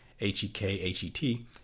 H-E-K-H-E-T